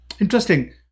Interesting